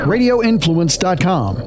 Radioinfluence.com